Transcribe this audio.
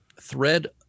thread